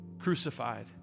Crucified